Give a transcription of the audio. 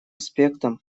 аспектом